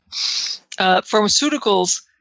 pharmaceuticals